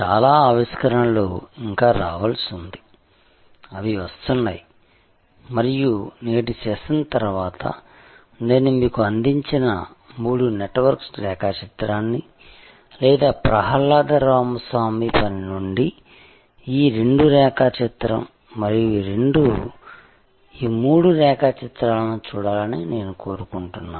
చాలా ఆవిష్కరణలు ఇంకా రావాల్సి ఉంది అవి వస్తున్నాయి మరియు నేటి సెషన్ తర్వాత నేను మీకు అందించిన మూడు నెట్వర్క్ రేఖాచిత్రాన్ని లేదా ప్రహ్లాద రామస్వామి పని నుండి ఈ రెండు రేఖాచిత్రం మరియు ఈ మూడు రేఖాచిత్రాలను చూడాలని నేను కోరుకుంటున్నాను